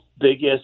biggest